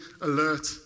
alert